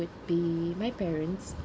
would be my parents